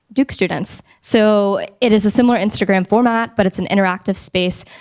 duke students. so it is a similar instagram format, but it's an interactive space,